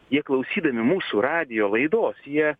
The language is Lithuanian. jie klausydami mūsų radijo laidos jie